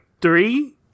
three